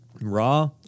raw